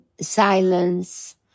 silence